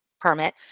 permit